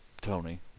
Tony